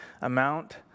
amount